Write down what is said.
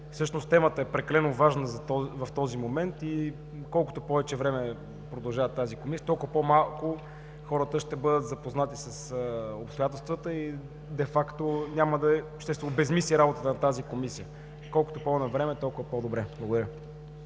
темата е прекалено важна в този момент и колкото повече време продължава тази Комисия, толкова по-малко хората ще бъдат запознати с обстоятелствата и де факто ще се обезсмисли нейната работа – колкото по-навреме, толкова по-добре. Благодаря.